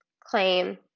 claim